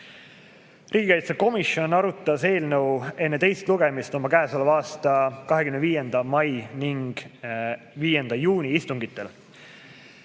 Riigikaitsekomisjon arutas eelnõu enne teist lugemist oma käesoleva aasta 25. mai ning 5. juuni istungil.